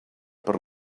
per